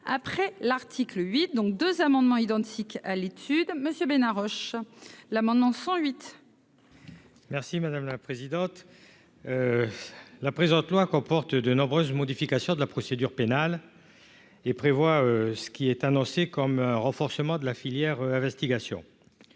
après l'article 8 donc 2 amendements identiques à l'étude Monsieur Bénard Roche l'amendement 108. Merci madame la présidente, la présente loi comporte de nombreuses modifications de la procédure pénale et prévoit, ce qui est annoncé comme renforcement de la filière investigations